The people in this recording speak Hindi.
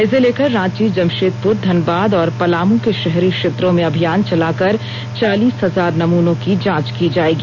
इसे लेकर रांची जमशेदपुर धनबाद और पलामू के शहरी क्षेत्रों में अभियान चलाकर चालीस हजार नमूनों की जांच की जाएगी